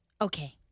Okay